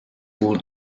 puhul